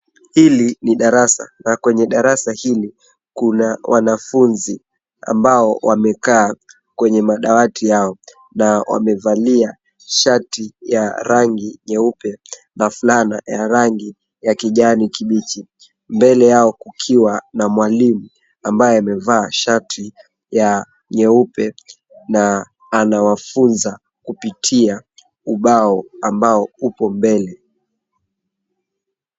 Hili ni darasa, na kwenye darasa hili kuna wanafunzi ambao wamekaa kwenye madawati yao na wamevalia shati ya rangi nyeupe na fulana ya rangi ya kijani kibichi, mbele yao kukiwa na mwalimu ambaye amevaa shati ya nyeupe na anawafunza kupitia ubao ambao upo mbele.